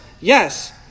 Yes